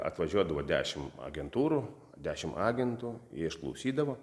atvažiuodavo dešim agentūrų dešim agentų jie išklausydavo